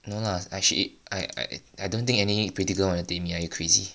no lah I she I I I don't think any pretty girl wanna date me are you crazy